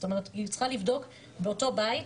זאת אומרת היא צריכה לבדוק באותו בית,